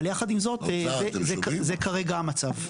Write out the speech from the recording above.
אבל יחד עם זאת, זה כרגע המצב.